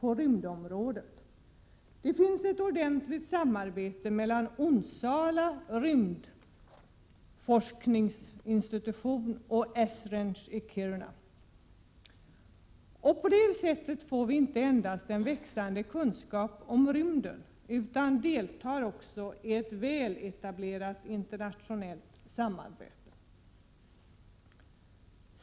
Vidare finns det ett ordentligt samarbete mellan Onsala rymdforskningsinstitution och Esrange i Kiruna. På det sättet får vi inte endast växande kunskap om rymden, utan vi deltar också i ett väl etablerat internationellt samarbete.